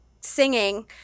singing